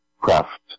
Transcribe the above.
craft